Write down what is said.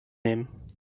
nehmen